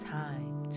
time